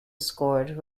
scored